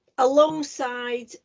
Alongside